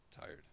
Tired